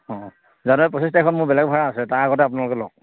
অঁ জানুৱাৰী পঁচিছ তাৰিখত মোৰ বেলেগ ভাড়া আছে তাৰ আগতে আপোনালোকে লওক